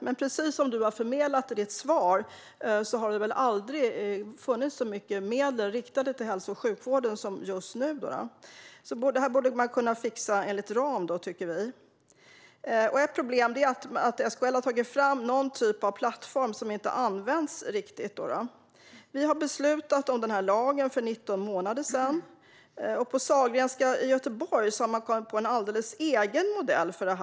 Men precis som du har förmedlat i ditt svar har det väl aldrig funnits så mycket medel riktade till hälso och sjukvården som just nu. Det borde man kunna fixa enligt ram, tycker vi. Ett problem är att SKL har tagit fram någon typ av plattform som inte används riktigt. Vi har beslutat om lagen för 19 månader sedan. På Sahlgrenska i Göteborg har man kommit på en alldeles egen modell för detta.